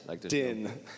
din